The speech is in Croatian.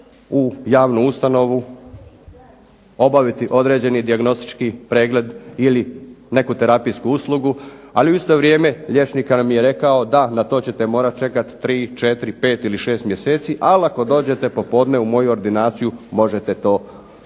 u javnu ustanovu obaviti određeni dijagnostički pregled ili neku terapijsku uslugu ali u isto vrijeme liječnik nam je rekao da, na to ćete morati čekati tri, četiri, pet ili šest mjeseci. Ali ako dođete popodne u moju ordinaciju možete to odraditi